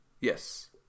yes